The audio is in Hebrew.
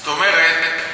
זאת אומרת,